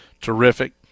terrific